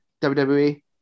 WWE